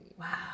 Wow